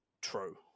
true